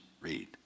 read